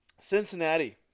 Cincinnati